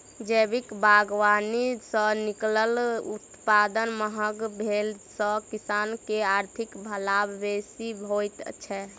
जैविक बागवानी सॅ निकलल उत्पाद महग भेला सॅ किसान के आर्थिक लाभ बेसी होइत छै